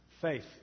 Faith